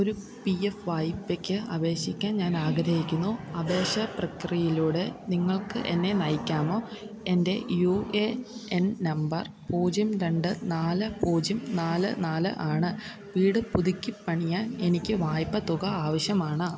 ഒരു P F വായ്പയ്ക്ക് അപേക്ഷിക്കാൻ ഞാൻ ആഗ്രഹിക്കുന്നു അപേക്ഷാ പ്രക്രിയയിലൂടെ നിങ്ങൾക്ക് എന്നെ നയിക്കാമോ എൻ്റെ യു എ എൻ നമ്പർ പൂജ്യം രണ്ട് നാല് പൂജ്യം നാല് നാല് ആണ് വീട് പുതുക്കിപ്പണിയാൻ എനിക്ക് വായ്പ തുക ആവശ്യമാണ്